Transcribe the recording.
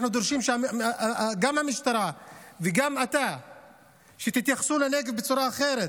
אנחנו דורשים שגם המשטרה וגם אתה תתייחסו לנגב בצורה אחרת,